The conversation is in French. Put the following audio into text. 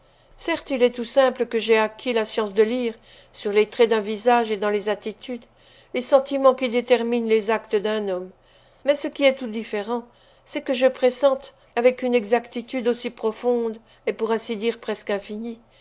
certes il est tout simple que j'aie acquis la science de lire sur les traits d'un visage et dans les attitudes les sentiments qui déterminent les actes d'un homme mais ce qui est tout différent c'est que je pressente avec une exactitude aussi profonde et pour ainsi dire presque infinie